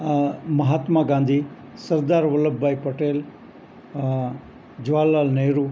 આ મહાત્મા ગાંધી સરદાર વલ્લભભાઈ પટેલ જવાહરલાલ નેહરૂ